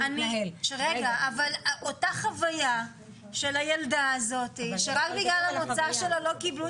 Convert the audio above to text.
אבל אותה חוויה של הילדה הזאת שרק בגלל המוצא שלה לא קיבלו